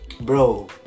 bro